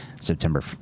September